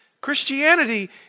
Christianity